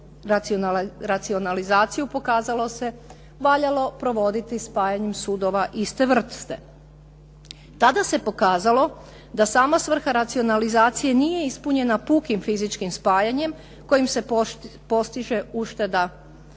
je racionalizaciju pokazalo se valjalo provoditi spajanjem sudova iste vrste. Tada se pokazalo da sama svrha racionalizacije nije ispunjena pukim fizičkim spajanjem kojim se postiže ušteda na